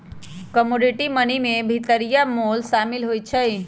commodity money में भितरिया मोल सामिल होइ छइ